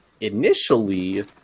initially